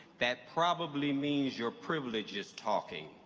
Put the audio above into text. that probably means your privilege is talking.